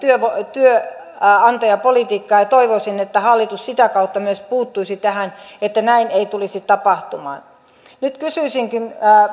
työnantajapolitiikkaa ja toivoisin että hallitus sitä kautta myös puuttuisi tähän että näin ei tulisi tapahtumaan nyt kysyisinkin